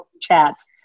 chats